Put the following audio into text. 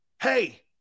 hey